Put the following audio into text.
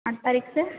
आठ तारीख से